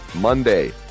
Monday